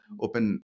open